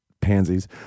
pansies